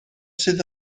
sydd